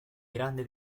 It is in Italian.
grande